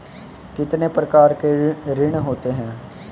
कितने प्रकार के ऋण होते हैं?